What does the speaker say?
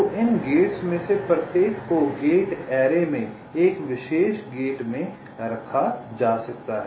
तो इन गेट्स में से प्रत्येक को गेट ऐरे में एक विशेष गेट में रखा जा सकता है